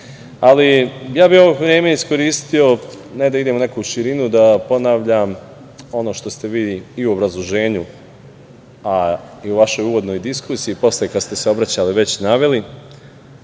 se unaprede. Ovo vreme bih iskoristio ne da idem u neku širinu, da ponavljam ono što ste vi i u obrazloženju, a i u vašoj uvodnoj diskusiji kad ste se obraćali već naveli,